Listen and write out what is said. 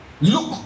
look